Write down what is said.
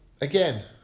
Again